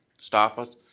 stop us,